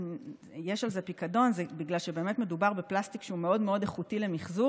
הסיבה שיש על זה פיקדון היא בגלל שמדובר בפלסטיק שהוא מאוד איכותי למחזור